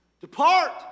Depart